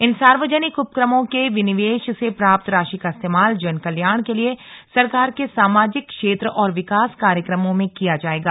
इन सार्वजनिक उपक्रमों के विनिवेश से प्राप्त राशि का इस्तेमाल जन कल्याण के लिए सरकार के सामाजिक क्षेत्र और विकास कार्यक्रमों में किया जाएगा